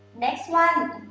next one,